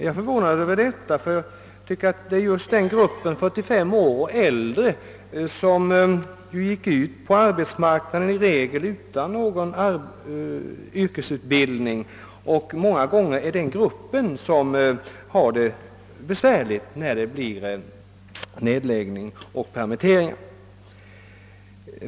Jag är förvånad över detta, ty de som tillhör gruppen 45 år och äldre gick väl i regel ut på arbetsmarknaden utan någon yrkesutbildning, och det är många gånger den gruppen som får det besvärligt vid nedläggningar och permitteringar.